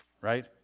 Right